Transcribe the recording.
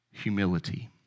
Humility